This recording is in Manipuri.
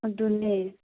ꯑꯗꯨꯅꯦ